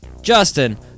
Justin